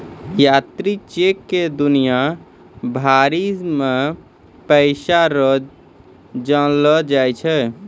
यात्री चेक क दुनिया भरी मे पैसा रो जानलो जाय छै